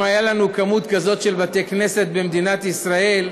אם היה לנו מספר כזה של בתי-כנסת במדינת ישראל,